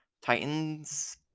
Titans